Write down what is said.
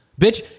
bitch